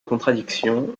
contradictions